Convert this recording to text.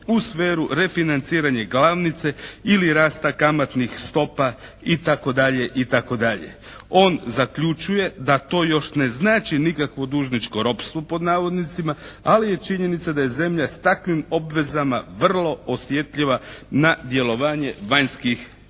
u sferi refinanciranja glavnice ili rasta kamatnih stopa itd. On zaključuje da to još ne znači nikakvo "dužničko ropstvo" ali je činjenica da je zemlja s takvim obvezama vrlo osjetljiva na djelovanje vanjskih činjenica